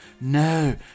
no